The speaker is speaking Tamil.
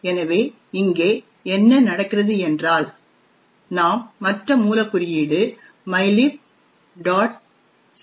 எனவே இங்கே என்ன நடக்கிறது என்றால் நாம் மற்ற மூல குறியீடு mylib